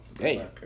Hey